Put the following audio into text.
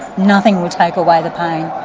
nothing will take away the pain.